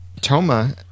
Toma